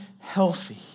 healthy